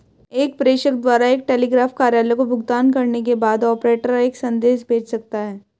एक प्रेषक द्वारा एक टेलीग्राफ कार्यालय को भुगतान करने के बाद, ऑपरेटर एक संदेश भेज सकता है